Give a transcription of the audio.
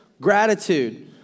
gratitude